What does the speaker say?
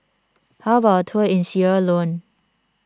how about a tour in Sierra Leone